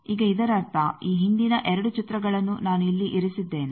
ಈಗ ಇದರರ್ಥ ಈ ಹಿಂದಿನ 2 ಚಿತ್ರಗಳನ್ನು ನಾನು ಇಲ್ಲಿ ಇರಿಸಿದ್ದೇನೆ